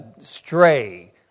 stray